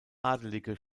adelige